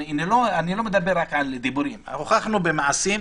אני לא מדבר רק על דיבורים, הוכחנו במעשים,